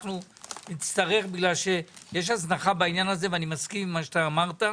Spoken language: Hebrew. יש הזנחה בעניין הזה ואני מסכים עם מה שאמרת,